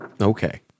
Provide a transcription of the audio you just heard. Okay